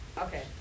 Okay